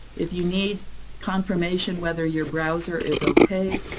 if you need confirmation whether your browser is okay,